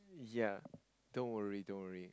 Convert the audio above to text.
ya don't worry don't worry